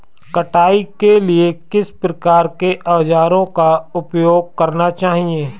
कटाई के लिए किस प्रकार के औज़ारों का उपयोग करना चाहिए?